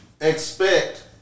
expect